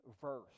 verse